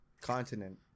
Continent